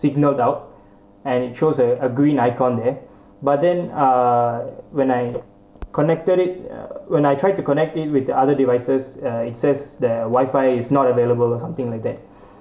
signalled out and it shows a a green icon there but then uh when I connected it uh when I tried to connect in with the other devices uh it says that the wifi is not available or something like that